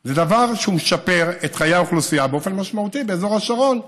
זה דבר שמשפר את חיי האוכלוסייה באופן משמעותי באזור השרון.